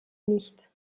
nicht